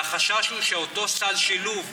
והחשש הוא שאותו סל שילוב,